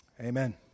Amen